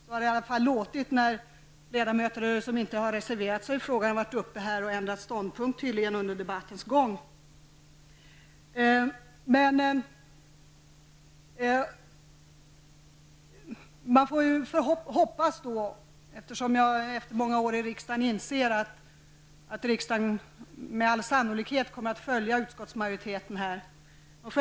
Det har låtit så när ledamöter som inte har reserverat sig i frågan har ändrat ståndpunkt under debattens gång. Efter många år i riksdagen inser jag att kammaren med all sannolikhet kommer att följa utskottsmajoriteten.